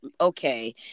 okay